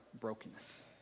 brokenness